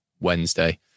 Wednesday